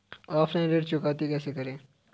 Offline ऋण चुकौती कैसे करते हैं?